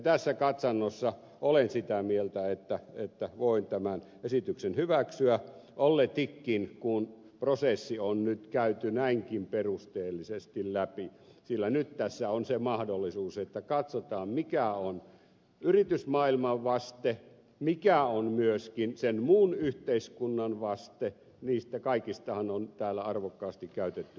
tässä katsannossa olen sitä mieltä että voin tämän esityksen hyväksyä olletikin kun prosessi on nyt käyty näinkin perusteellisesti läpi sillä nyt tässä on se mahdollisuus että katsotaan mikä on yritysmaailman vaste mikä on myöskin sen muun yhteiskunnan vaste niistä kaikistahan on täällä arvokkaasti käytetty puheenvuoroja